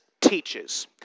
teaches